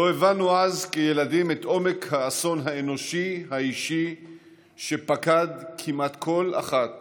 לא הבנו אז כילדים את עומק האסון האנושי האישי שפקד כמעט כל אחת